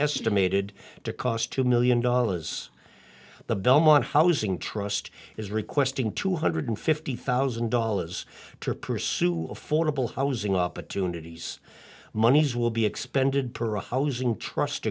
estimated to cost two million dollars the belmont housing trust is requesting two hundred fifty thousand dollars to pursue affordable housing opportunities monies will be expended peron housing trust